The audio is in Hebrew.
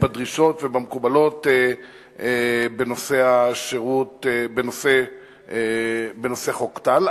בדרישות ובמקובלות בנושא השירות בנושא חוק טל.